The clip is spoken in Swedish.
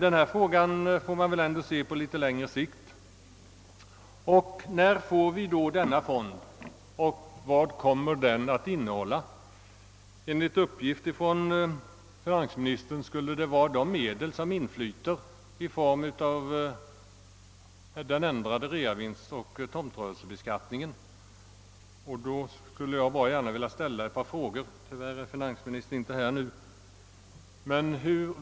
Men denna fråga måste ändå ses på litet längre sikt. När får vi då denna fond och vad kommer den att innehålla? Enligt uppgift från finansministern skulle det bli de medel som inflyter på grund av den ändrade realisationsvinstoch tomtrörelsebeskattningen. Då skulle jag vilja ställa ett par frågor trots att finansministern tyvärr inte är i kammaren.